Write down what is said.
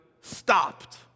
Stopped